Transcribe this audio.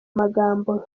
magambo